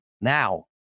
Now